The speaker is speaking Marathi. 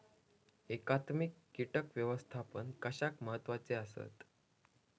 एकात्मिक कीटक व्यवस्थापन कशाक महत्वाचे आसत?